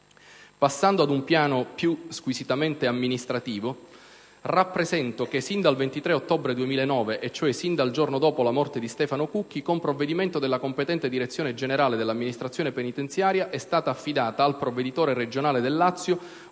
Passando ad un piano più squisitamente amministrativo, rappresento che sin dal 23 ottobre 2009, e cioè sin dal giorno dopo la morte di Stefano Cucchi, con provvedimento della competente Direzione generale dell'Amministrazione penitenziaria è stata affidata al provveditore regionale del Lazio